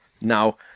Now